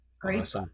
Great